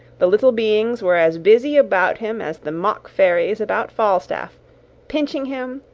the little beings were as busy about him as the mock fairies about falstaff pinching him,